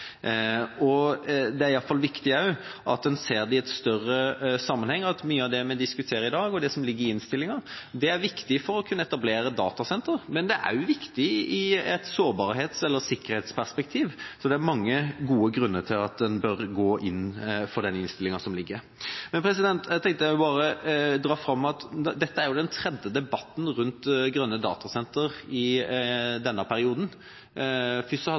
Det er i alle fall viktig at man ser det i en større sammenheng, at mye av det vi diskuterer i dag, og det som ligger i innstillinga, er viktig for å kunne etablere datasentre, men det er også viktig i et sårbarhets- eller sikkerhetsperspektiv – så det er mange gode grunner for at en bør gå inn for den innstillinga som foreligger. Jeg tenkte jeg ville trekke fram at dette vel er den tredje debatten rundt grønne datasentre i denne perioden.